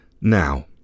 Now